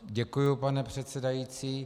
Děkuji, pane předsedající.